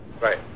Right